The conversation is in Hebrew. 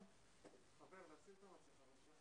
כי אנחנו חייבים לסיים את הדיון.